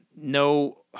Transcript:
no